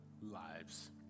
lives